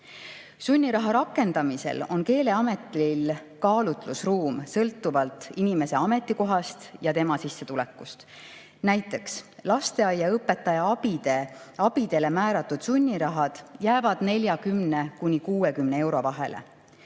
Sunniraha rakendamisel on Keeleametil kaalutlusruum sõltuvalt inimese ametikohast ja tema sissetulekust. Näiteks, lasteaiaõpetaja abidele määratud sunniraha jääb 40 ja 60 euro vahele,